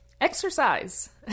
exercise